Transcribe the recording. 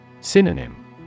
Synonym